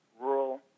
rural